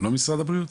לא משרד הבריאות?